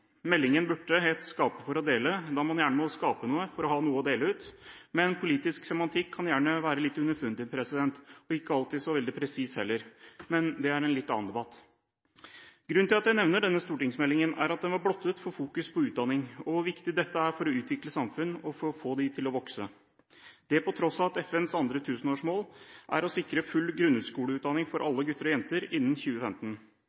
Meldingen burde hete Skape for å dele, da man gjerne må skape noe for å ha noe å dele ut, men politisk semantikk kan gjerne være litt underfundig og ikke alltid så veldig presis heller. Men det er en litt annen debatt. Grunnen til at jeg nevner denne stortingsmeldingen er at den var blottet for fokus på utdanning og hvor viktig dette er for å utvikle samfunn og for å få dem til å vokse, det på tross av at FNs andre tusenårsmål er å sikre full grunnskoleutdanning for